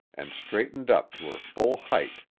and straightened up to her full height.